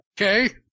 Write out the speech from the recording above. Okay